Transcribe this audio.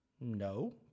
No